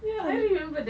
ya I remembered that